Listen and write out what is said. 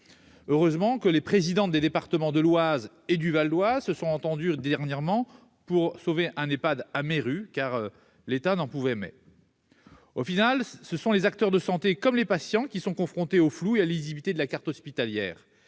Heureusement, les présidentes des départements de l'Oise et du Val-d'Oise se sont entendues dernièrement pour sauver un EHPAD à Méru, l'État n'en pouvant mais. En définitive, les acteurs de santé comme les patients sont confrontés au flou et à l'illisibilité de la carte hospitalière